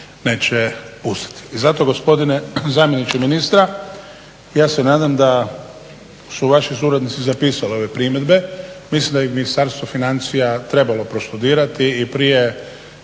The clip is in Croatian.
neće pustiti. I zato gospodine zamjeničke ministara, ja se nadam da su vaši suradnici zapisali ove primjedbe. Mislim da bi Ministarstvo financija trebalo prostudirati i prije